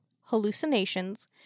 hallucinations